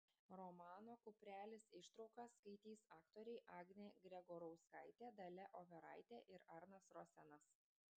romano kuprelis ištrauką skaitys aktoriai agnė gregorauskaitė dalia overaitė ir arnas rosenas